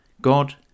God